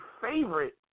favorite